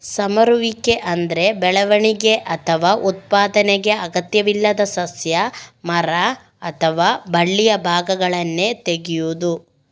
ಸಮರುವಿಕೆ ಅಂದ್ರೆ ಬೆಳವಣಿಗೆ ಅಥವಾ ಉತ್ಪಾದನೆಗೆ ಅಗತ್ಯವಿಲ್ಲದ ಸಸ್ಯ, ಮರ ಅಥವಾ ಬಳ್ಳಿಯ ಭಾಗಗಳನ್ನ ತೆಗೆಯುದು